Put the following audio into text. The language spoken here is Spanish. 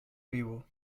vivo